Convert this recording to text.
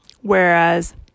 whereas